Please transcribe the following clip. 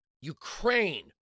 Ukraine